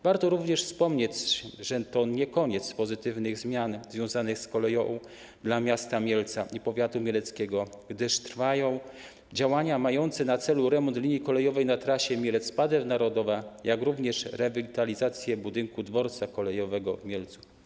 Warto również wspomnieć, że to nie koniec pozytywnych zmian związanych z koleją dla miasta Mielca i powiatu mieleckiego, gdyż trwają działania mające na celu remont linii kolejowej na trasie Mielec - Padew Narodowa, jak również rewitalizację budynku dworca kolejowego w Mielcu.